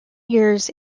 years